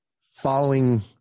following